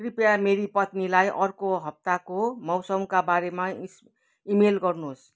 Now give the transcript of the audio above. कृपया मेरी पत्नीलाई अर्को हप्ताको मौसमका बारेमा इस इमेल गर्नुहोस्